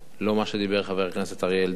לא מה שאמר חבר הכנסת אריה אלדד.